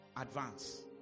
advance